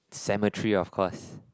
cemetery of course